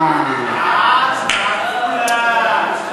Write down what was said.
הצבעה כפולה.